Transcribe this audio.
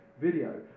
video